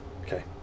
Okay